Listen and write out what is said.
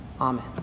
Amen